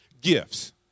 Gifts